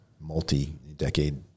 multi-decade